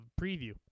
preview